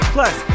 Plus